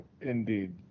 Indeed